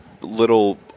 little